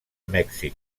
mèxic